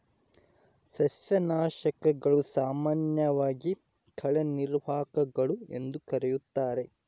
ಸಸ್ಯನಾಶಕಗಳು, ಸಾಮಾನ್ಯವಾಗಿ ಕಳೆ ನಿವಾರಕಗಳು ಎಂದೂ ಕರೆಯುತ್ತಾರೆ